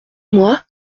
mois